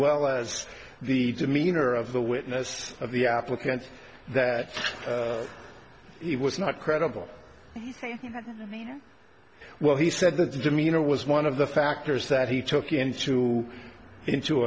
well as the demeanor of the witness of the applicant that he was not credible well he said that the demeanor was one of the factors that he took into into